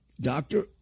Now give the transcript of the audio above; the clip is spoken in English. doctor